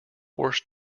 horse